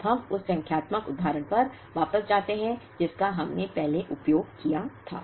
अब हम उस संख्यात्मक उदाहरण पर वापस जाते हैं जिसका हमने पहले उपयोग किया है